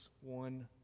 one